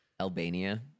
Albania